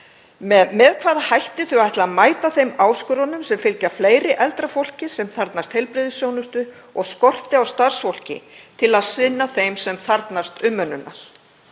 með hvaða hætti þau ætla að mæta þeim áskorunum sem fylgja fleira eldra fólki sem þarfnast heilbrigðisþjónustu og skorti á starfsfólki til að sinna þeim sem þarfnast umönnunar.